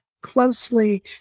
closely